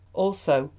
also,